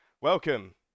Welcome